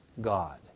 God